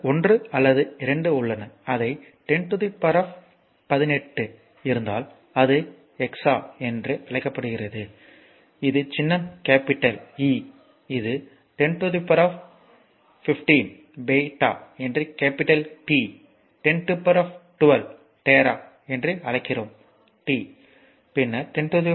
பல 1 அல்லது 2 உள்ளன அதை 1018 இருந்தால் அது எக்ஸா என்று அழைக்கப்படுகிறது இது சின்னம் கேப்பிடல் E இது 1015 பெட்டா இது கேப்பிடல் P 1012 டெரா என்று அழைக்கிறோம் T பின்னர் 109